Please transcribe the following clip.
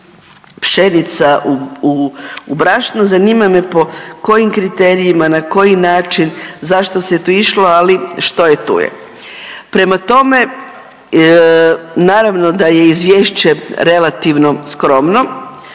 pšenica u brašno. Zanima me po kojim kriterijima, na koji način, zašto se tu išlo ali što je tu je. Prema tome, naravno da je izvješće relativno skromno,